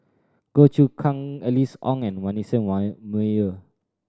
Goh Choon Kang Alice Ong and Manasseh Meyer